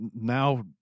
now